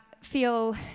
feel